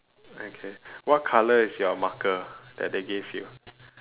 okay what colour is your marker that they gave you